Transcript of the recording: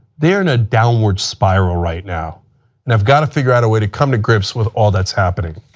they are in a downward spiral right now and of got to figure out a way to come to grips with all that's happening.